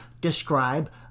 describe